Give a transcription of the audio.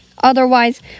Otherwise